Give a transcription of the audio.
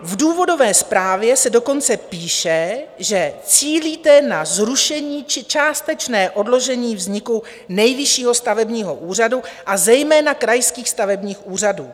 V důvodové zprávě se dokonce píše, že cílíte na zrušení či částečné odložení vzniku Nejvyššího stavebního úřadu, a zejména krajských stavebních úřadů.